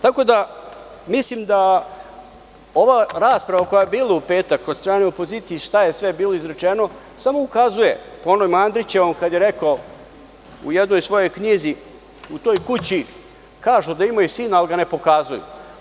Tako da, mislim da ova rasprava koja je bila u petak od strane opozicije i šta je sve bilo izrečeno samo ukazuje po onom Andrićevom kada je rekao u jednoj svojoj knjizi – U toj kući kažu da imaju sina, ali ga ne pokazuju.